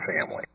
family